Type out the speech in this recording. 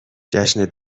جشن